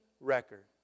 record